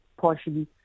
partially